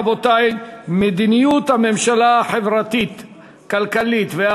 רבותי: מדיניותה החברתית-כלכלית של הממשלה